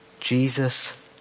Jesus